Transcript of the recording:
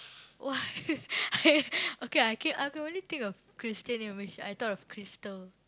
!wah! I okay I can only think of Christian name which I thought of Crystal